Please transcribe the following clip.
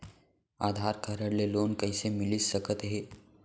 आधार card ले loan कइसे मिलिस सकत हे?